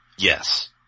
Yes